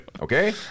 Okay